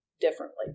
differently